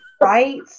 right